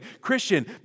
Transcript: Christian